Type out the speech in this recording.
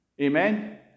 Amen